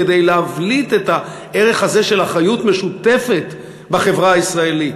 כדי להבליט את הערך הזה של אחריות משותפת בחברה הישראלית,